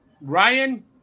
Ryan